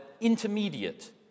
intermediate